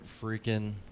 freaking